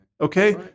Okay